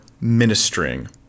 ministering